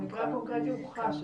המקרה הקונקרטי הוכחש,